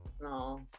no